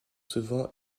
souvent